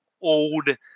old